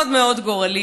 מאוד מאוד גורלית,